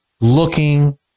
looking